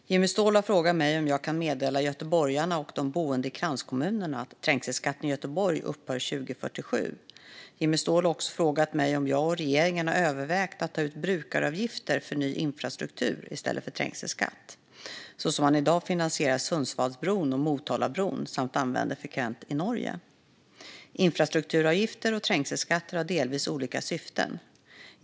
Fru talman! Jimmy Ståhl har frågat mig om jag kan meddela göteborgarna och de boende i kranskommunerna att trängselskatten i Göteborg upphör 2047. Jimmy Ståhl har också frågat mig om jag och regeringen har övervägt att ta ut brukaravgifter för ny infrastruktur i stället för trängselskatt så som man i dag finansierar Sundsvallsbron och Motalabron samt använder frekvent i Norge. Infrastrukturavgifter och trängselskatter har delvis olika syften.